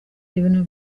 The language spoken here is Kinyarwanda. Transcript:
ibintu